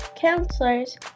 counselors